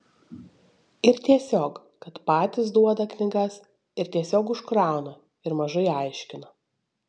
ir tiesiog kad patys duoda knygas ir tiesiog užkrauna ir mažai aiškina